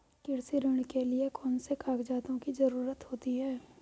कृषि ऋण के लिऐ कौन से कागजातों की जरूरत होती है?